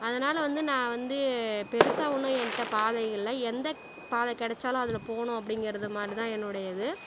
அதனால் வந்து நான் வந்து பெரிசா ஒன்றும் என்கிட்ட பாதை இல்லை எந்த பாதை கிடச்சாலும் அதில் போகணும் அப்படிங்கிறது மாதிரி தான் என்னுடையது